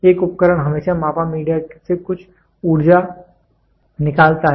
एक उपकरण हमेशा मापा मीडिया से कुछ ऊर्जा निकालता है